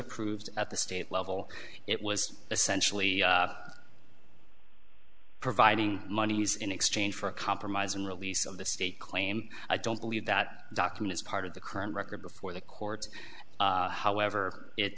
approved at the state level it was essentially providing monies in exchange for a compromise and release of the state claim i don't believe that document is part of the current record before the courts however it